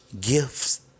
gifts